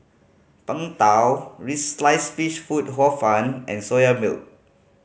Png Tao sliced fish food Hor Fun and Soya Milk